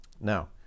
Now